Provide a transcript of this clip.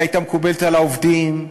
שהייתה מקובלת על העובדים,